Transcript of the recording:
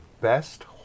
best